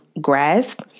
grasp